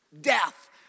death